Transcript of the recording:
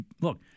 Look